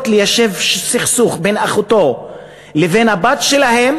ליישב סכסוך בין אחותו לבין הבת שלהם,